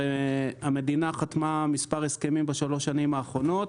הרי המדינה חתמה על מספר הסכמים בשלוש השנים האחרונות,